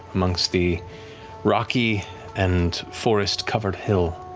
amongst the rocky and forest-covered hill.